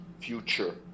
future